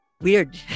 weird